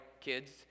kids